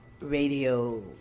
radio